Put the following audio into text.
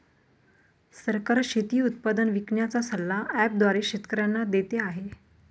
सरकार शेती उत्पादन विकण्याचा सल्ला ॲप द्वारे शेतकऱ्यांना देते आहे